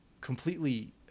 completely